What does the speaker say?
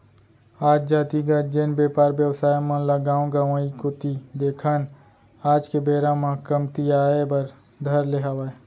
आज जातिगत जेन बेपार बेवसाय मन ल गाँव गंवाई कोती देखन आज के बेरा म कमतियाये बर धर ले हावय